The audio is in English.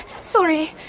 sorry